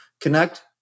connect